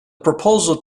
proposal